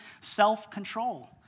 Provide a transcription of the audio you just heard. self-control